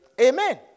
Amen